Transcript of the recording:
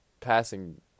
passing